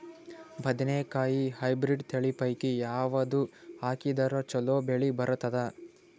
ಬದನೆಕಾಯಿ ಹೈಬ್ರಿಡ್ ತಳಿ ಪೈಕಿ ಯಾವದು ಹಾಕಿದರ ಚಲೋ ಬೆಳಿ ಬರತದ?